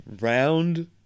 Round